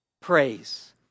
praise